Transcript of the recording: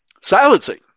silencing